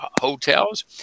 hotels